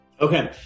Okay